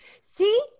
See